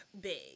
big